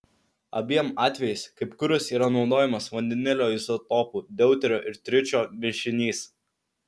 abiem atvejais kaip kuras yra naudojamas vandenilio izotopų deuterio ir tričio mišinys